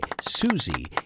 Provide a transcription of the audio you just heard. Susie